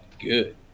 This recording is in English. good